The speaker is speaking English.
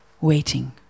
waiting